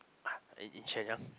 but in in Shenyang